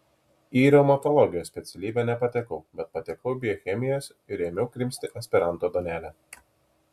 į reumatologijos specialybę nepatekau bet patekau į biochemijos ir ėmiau krimsti aspiranto duonelę